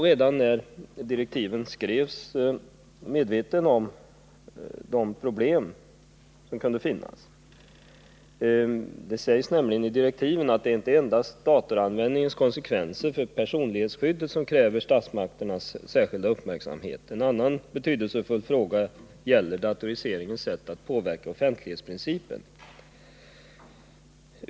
Redan när direktiven till DALK skrevs var man medveten om de problem som kunde finnas. Det sägs nämligen i direktiven att det inte är endast datoranvändningens konsekvenser för personlighetsskyddet som kräver statsmakternas särskilda uppmärksamhet. En annan betydelsefull fråga gäller datoriseringens sätt att påverka offentlighetsprincipen.